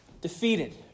defeated